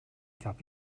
gab